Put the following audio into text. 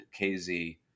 KZ